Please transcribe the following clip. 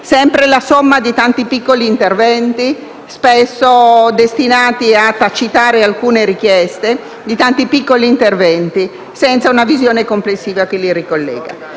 sempre la somma di tanti piccoli interventi, spesso destinati a tacitare alcune richieste, ma senza una visione complessiva che li ricollegasse.